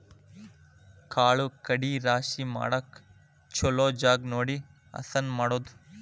ಕಾಳು ಕಡಿ ರಾಶಿ ಮಾಡಾಕ ಚುಲೊ ಜಗಾ ನೋಡಿ ಹಸನ ಮಾಡುದು